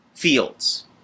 Fields